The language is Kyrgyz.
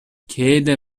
кээде